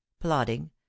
plodding